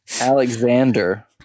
Alexander